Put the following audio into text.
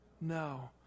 No